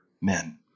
men